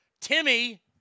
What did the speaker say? Timmy